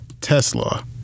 Tesla